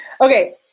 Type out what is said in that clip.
Okay